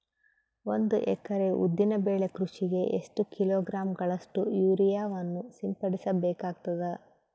ಒಂದು ಎಕರೆ ಉದ್ದಿನ ಬೆಳೆ ಕೃಷಿಗೆ ಎಷ್ಟು ಕಿಲೋಗ್ರಾಂ ಗಳಷ್ಟು ಯೂರಿಯಾವನ್ನು ಸಿಂಪಡಸ ಬೇಕಾಗತದಾ?